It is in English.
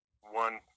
one